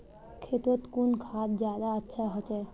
खेतोत कुन खाद ज्यादा अच्छा होचे?